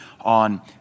on